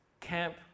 camp